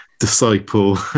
disciple